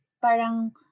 parang